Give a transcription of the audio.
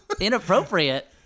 Inappropriate